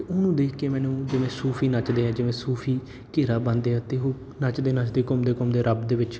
ਅਤੇ ਉਹਨੂੰ ਦੇਖ ਕੇ ਮੈਨੂੰ ਜਿਵੇਂ ਸੂਫੀ ਨੱਚਦੇ ਆ ਜਿਵੇਂ ਸੂਫ਼ੀ ਘੇਰਾ ਬੰਨ੍ਹਦੇ ਆ ਅਤੇ ਉਹ ਨੱਚਦੇ ਨੱਚਦੇ ਘੁੰਮਦੇ ਘੁੰਮਦੇ ਰੱਬ ਦੇ ਵਿੱਚ